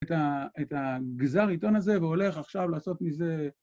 את הגזר עיתון הזה והולך עכשיו לעשות מזה...